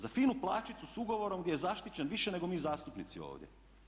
Za finu plaćicu s ugovorom gdje je zaštićen više nego mi zastupnici ovdje.